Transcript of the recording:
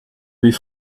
wie